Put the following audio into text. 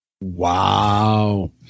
Wow